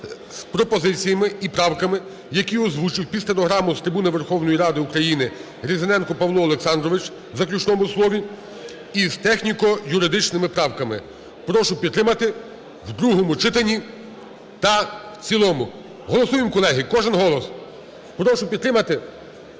з пропозиціями і правками, які озвучив під стенограму з трибуни Верховної Ради України Різаненко Павло Олександрович у заключному слові, із техніко-юридичними правками. Прошу підтримати в другому читанні та в цілому. Голосуємо, колеги, кожен голос. Прошу підтримати.